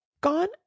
Gone